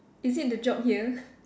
is it the job here